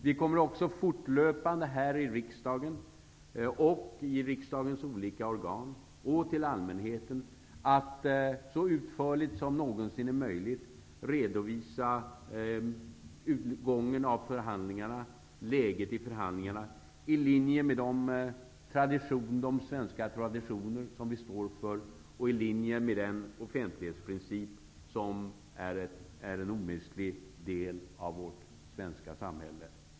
Vi kommer också fortlöpande här i riksdagen, i riksdagens olika organ och för allmänheten att så utförligt som någonsin är möjligt redovisa läget i och utgången av förhandlingarna, i linje med de svenska traditioner vi står för och i linje med den offentlighetsprincip som är en omistlig del av vårt svenska samhälle.